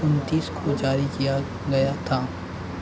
उनतीस को जारी किया गया था